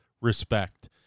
respect